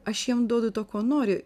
aš jiem duodu to ko nori